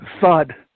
thud